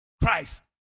Christ